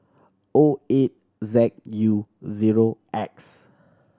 O eight Z U zero X